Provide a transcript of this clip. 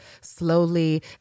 slowly